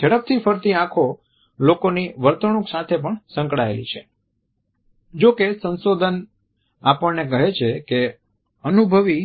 ઝડપથી ફરતી આંખો લોકોની વર્તણૂક સાથે પણ સંકળાયેલી છે જો કે સંશોધન આપણને કહે છે કે અનુભવી